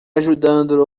ajudando